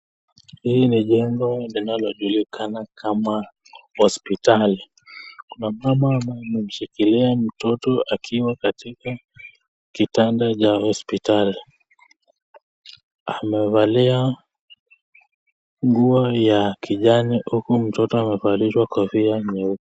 Hii ni jengo linalojulikana kama hospitali, ninamwona mama ameshikilia mtoto akiwa katika kitanda cha hospitali, Amevalia nguo ya kijani huku mtoto amevalishwa kofia nyeupe.